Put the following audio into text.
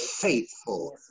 faithful